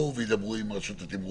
צריך קודם שיבואו וידברו עם רשות התימרור